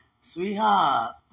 Sweetheart